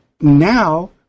Now